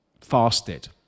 fasted